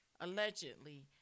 Allegedly